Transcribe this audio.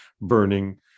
burning